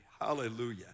Hallelujah